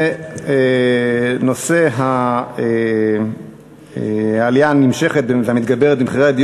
נושא העלייה הנמשכת והמתגברת במחירי הדיור